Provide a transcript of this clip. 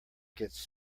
gets